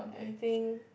I think